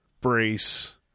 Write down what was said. brace